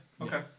okay